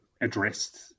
addressed